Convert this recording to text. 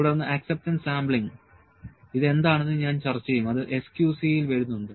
തുടർന്ന് acceptance sampling ഇത് എന്താണെന്ന് ഞാൻ ചർച്ച ചെയ്യും അതു SQC ൽ വരുന്നുണ്ട്